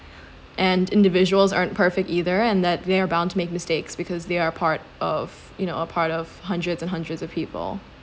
and individuals aren't perfect either and that they're bound to make mistakes because they are part of you know a part of hundreds and hundreds of people